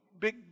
big